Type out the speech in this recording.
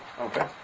Okay